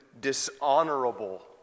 dishonorable